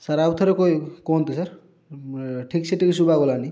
sir ଆଉ ଥରେ କଇ କୁହନ୍ତୁ ସାର୍ ଠିକ୍ ସେ ଟିକିଏ ସୁଭାଗଲାନି